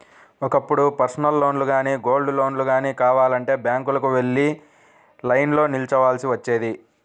ఒకప్పుడు పర్సనల్ లోన్లు గానీ, గోల్డ్ లోన్లు గానీ కావాలంటే బ్యాంకులకు వెళ్లి లైన్లో నిల్చోవాల్సి వచ్చేది